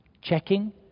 checking